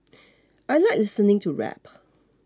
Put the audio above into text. I like listening to rap